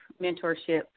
mentorship